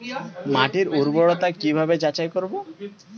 মাটির উর্বরতা কি ভাবে যাচাই করব?